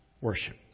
worship